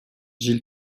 jill